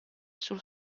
sul